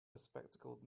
bespectacled